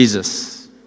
Jesus